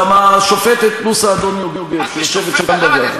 זה השופטת, פלוס האדון יוגב, שיושבת שם בוועדה.